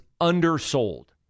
undersold